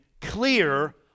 clear